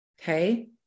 Okay